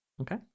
Okay